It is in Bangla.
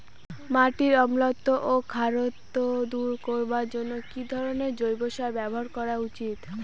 মাটির অম্লত্ব ও খারত্ব দূর করবার জন্য কি ধরণের জৈব সার ব্যাবহার করা উচিৎ?